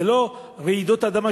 זה לא רעידות אדמה,